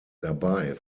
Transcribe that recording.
dabei